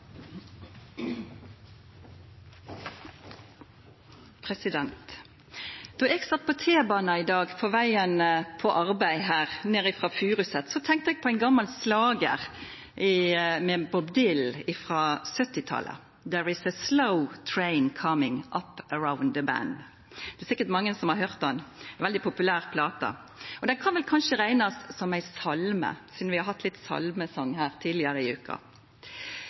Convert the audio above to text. omme. Då eg sat på T-banen i dag ned frå Furuset på veg til arbeid, tenkte eg på ein gamal slager med Bob Dylan frå 1970-talet, «There’s a slow, slow train comin’ up around the bend». Det er sikkert mange som har høyrt han, det er ei veldig populær plate. Og denne songen kan kanskje reknast som ein salme – sidan vi har hatt litt salmesong her tidlegare i